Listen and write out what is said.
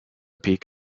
peak